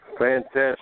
Fantastic